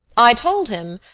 i told him,